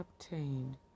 obtained